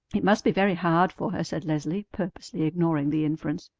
it must be very hard for her, said leslie, purposely ignoring the inference.